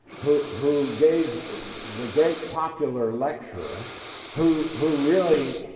who who gave the great popular lecture who who really